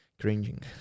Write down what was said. cringing